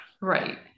right